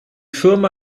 firma